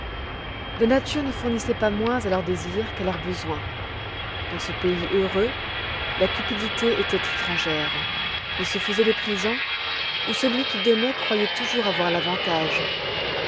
la nature ne fournissoit pas moins à leurs désirs qu'à leurs besoins dans ce pays heureux la cupidité étoit étrangère ils se faisoient des présents où celui qui donnoit croyoit toujours avoir l'avantage